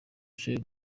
cyo